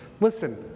Listen